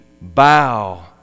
bow